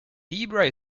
debra